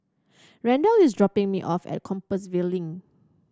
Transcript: Randell is dropping me off at Compassvale Link